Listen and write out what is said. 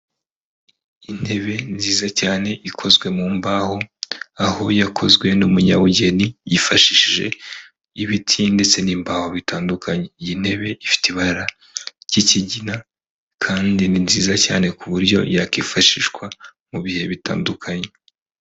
Intebe nziza cyane ikozwe mu mbaho, aho yakozwe n'umunyabugeni yifashishije ibiti ndetse n'imbaho bitandukanye, iyi ntebe ifite ibara ry'ikigina kandi ni nziza cyane ku buryo yakwifashishwa mu bihe bitandukanye.